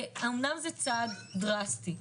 אמנם זה צעד דרסטי,